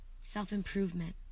self-improvement